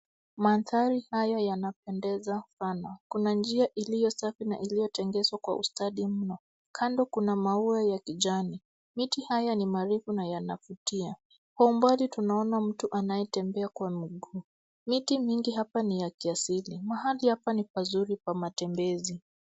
Mandhari haya yanapendeza sana. Kuna njia iliyo safi na iliyotengezwa kwa ustadi mno. Kando kuna maua ya kijani. Miti haya ni marefu na yanavutia. Kwa umbali tunaona mtu anayetembea kwa mguu. Miti mingi hapa ni ya kiasili. Mahali hapa ni pazuri kwa matembezi.